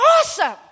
awesome